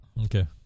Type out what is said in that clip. Okay